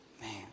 Man